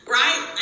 right